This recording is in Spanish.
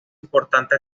importante